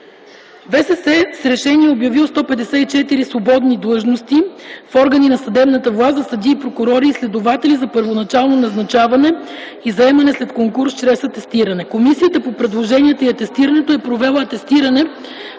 съвет с решения е обявил 154 броя свободни длъжности в органи на съдебната власт за съдии, прокурори и следователи за първоначално назначаване и за заемане след конкурс чрез атестиране. Комисията по предложенията и атестирането е провела атестиране